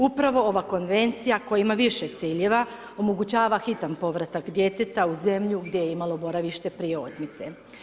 Upravo ova Konvencija koja ima više ciljeva omogućava hitan povratak djeteta u zemlju gdje je imalo boravište prije otmice.